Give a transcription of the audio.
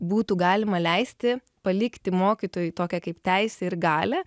būtų galima leisti palikti mokytojui tokią kaip teisę ir galią